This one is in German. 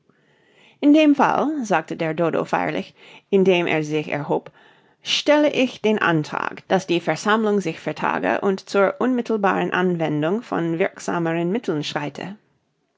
in dem fall sagte der dodo feierlich indem er sich erhob stelle ich den antrag daß die versammlung sich vertage und zur unmittelbaren anwendung von wirksameren mitteln schreite